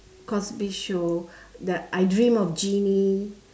Cosby show the I dream of Jeannie